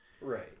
Right